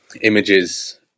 images